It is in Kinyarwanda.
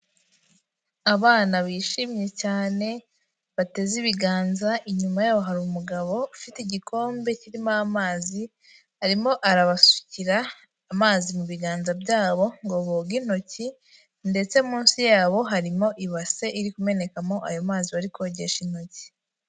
Abana bishimye cyane, bateze ibiganza, inyuma yabo hari umugabo ufite igikombe kirimo amazi, arimo arabasukira amazi mu biganza byabo ngo boge intoki, ndetse munsi yabo harimo ibase iri kumenekamo ayo mazi bari kogesha intoki.